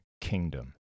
kingdom